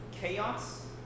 chaos